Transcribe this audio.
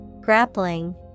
Grappling